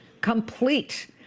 ...complete